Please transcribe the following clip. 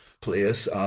place